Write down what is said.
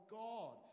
god